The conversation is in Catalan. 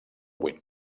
vuit